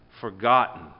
forgotten